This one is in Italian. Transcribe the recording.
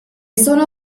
sono